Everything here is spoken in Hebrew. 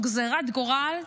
הוא גזרת גורל,